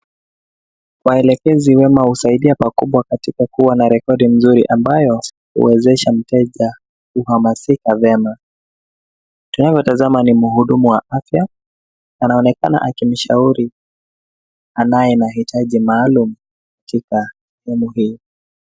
Waelekezi wema husaidia pakubwa katika kuwa na rekodi nzuri ambayo huwezesha mteja kuhamasika vyema. Tunavyotazama ni mhudumu wa afya anaonekana akimshauri anaye na hitaji maalum katika sehemu hii.